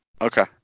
Okay